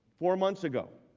four months ago.